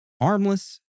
armless